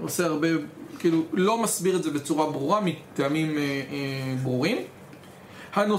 עושה הרבה, כאילו, לא מסביר את זה בצורה ברורה, מטעמים ברורים.